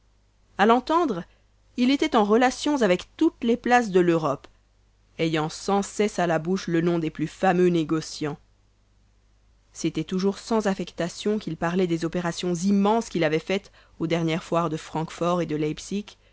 à l'entendre il était en relation avec toutes les places de l'europe ayant sans cesse à la bouche le nom des plus fameux négocians c'était toujours sans affectation qu'il parlait des opérations immenses qu'il avait faites aux dernières foires de francfort et de leipsick